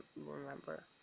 remember